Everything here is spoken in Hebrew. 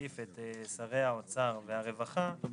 כעיקרון, כיוון שיש רצון רב ואני חושב